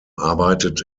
arbeitet